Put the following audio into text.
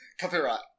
copyright